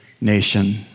nation